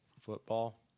football